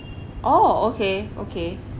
oh okay okay